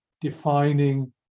defining